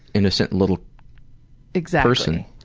innocent little exactly.